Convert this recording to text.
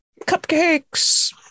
cupcakes